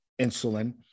insulin